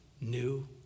new